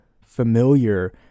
familiar